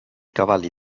cavalli